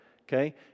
okay